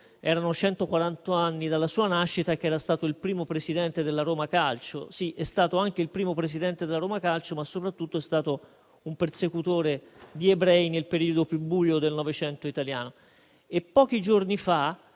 anni dalla sua nascita e che era stato il primo presidente della Roma calcio. Sì, è stato anche il primo presidente della Roma calcio, ma soprattutto è stato un persecutore degli ebrei nel periodo più buio del Novecento italiano. Pochi giorni fa,